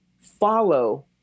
follow